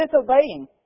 disobeying